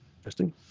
interesting